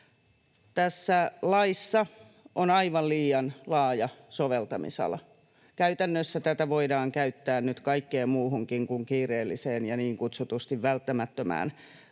Tässä laissa on aivan liian laaja soveltamisala. Käytännössä tätä voidaan käyttää nyt kaikkeen muuhunkin kuin kiireelliseen ja niin kutsutusti välttämättömään